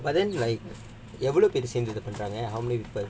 so but then like எவ்ளோ பெருசா இது பண்றாங்க:evlo perusaa idhu pandraanga how many people